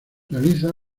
realiza